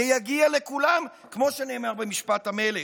זה יגיע לכולם, כמו שנאמר במשפט המלך.